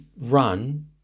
run